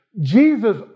Jesus